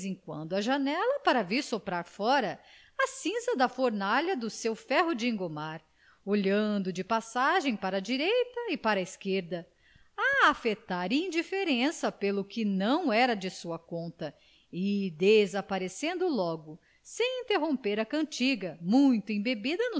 quando à janela para vir soprar fora a cinza da fornalha do seu ferro de engomar olhando de passagem para a direita e para a esquerda a afetar indiferença pelo que não era de sua conta e desaparecendo logo sem interromper a cantiga muito embebida